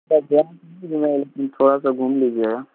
थोड़ा सा घूम लीजिएगा